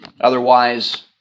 Otherwise